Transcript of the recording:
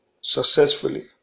successfully